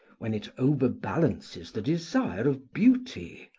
when it overbalances the desire of beauty,